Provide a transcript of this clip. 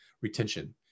retention